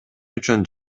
үчүн